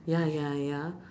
ya ya ya